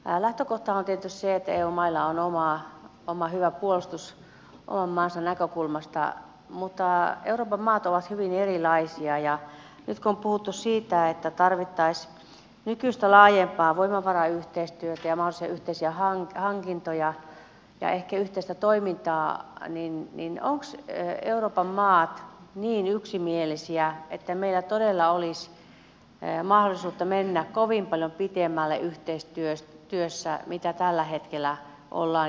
lähtökohtahan on tietysti se että eu mailla on oma hyvä puolustus oman maansa näkökulmasta mutta euroopan maat ovat hyvin erilaisia ja nyt kun on puhuttu siitä että tarvittaisiin nykyistä laajempaa voimavarayhteistyötä ja mahdollisia yhteisiä hankintoja ja ehkä yhteistä toimintaa niin ovatko euroopan maat niin yksimielisiä että meillä todella olisi mahdollisuutta mennä kovin paljon pitemmälle yhteistyössä kuin missä tällä hetkellä jo ollaan